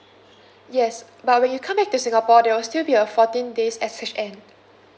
yes but when you come back to singapore there will still be a fourteen days S_H_N